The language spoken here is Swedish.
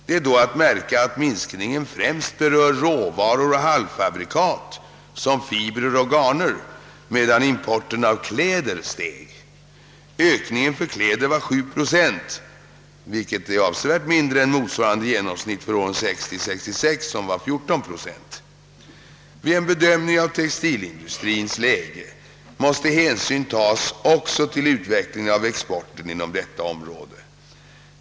Det är då att märka att minskningen främst berör råvaror och halvfabrikat som fibrer och garner, medan importen av kläder steg. Ökningen för kläder var 7 procent, vilket är avsevärt mindre än motsvarande genomsnitt för åren 1960—1966, som var 14 procent. Vid en bedömning av textilindustriens läge måste hänsyn tas också till utvecklingen av exporten inom detta område.